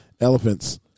Elephants